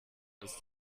ist